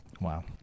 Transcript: Wow